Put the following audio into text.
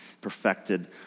perfected